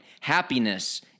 Happiness